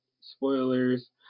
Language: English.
spoilers